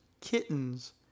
kittens